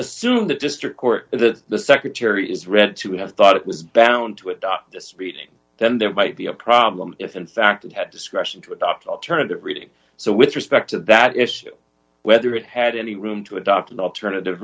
assume the district court the secretary is read to have thought it was bound to adopt this reading then there might be a problem if in fact it had discretion to adopt alternative reading so with respect to that issue whether it had any room to adopt an alternative